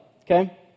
Okay